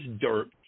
dirt